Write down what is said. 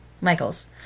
Michaels